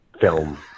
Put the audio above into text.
film